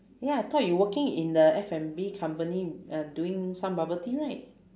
ya I thought you working in the F&B company uh doing some bubble tea right